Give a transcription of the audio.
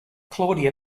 claudia